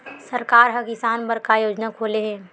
सरकार ह किसान बर का योजना खोले हे?